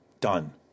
Done